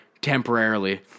temporarily